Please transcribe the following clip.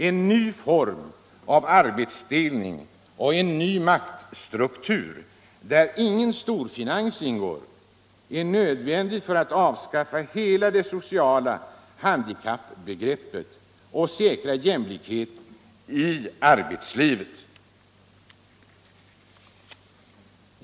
En ny form av arbetsdelning med en ny maktstruktur, där ingen storfinans ingår, är nödvändig för att avskaffa det sociala handikappbegreppet och säkra jämlikhet i arbetslivet.